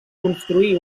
construí